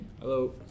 Hello